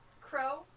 crow